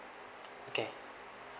okay